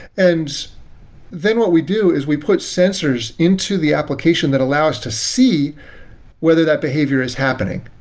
and then what we do is we put sensors into the application that allow us to see whether that behavior is happening.